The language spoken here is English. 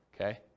okay